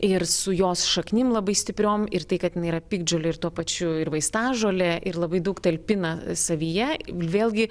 ir su jos šaknim labai stipriom ir tai kad jinai yra piktžolė ir tuo pačiu ir vaistažolė ir labai daug talpina savyje vėlgi